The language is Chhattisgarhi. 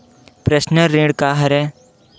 पर्सनल ऋण का हरय?